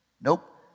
nope